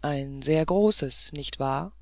ein sehr großes nicht wahr